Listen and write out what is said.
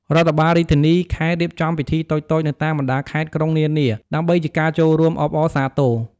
រដ្ឋបាលរាជធានី-ខេត្ត រៀបចំពិធីតូចៗនៅតាមបណ្ដាខេត្ត-ក្រុងនានា ដើម្បីជាការចូលរួមអបអរសារទរ។